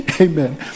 amen